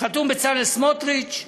בצלאל סמוטריץ,